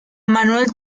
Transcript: manuel